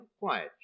quiet